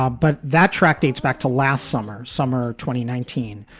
but that track dates back to last summer. summer. twenty nineteen.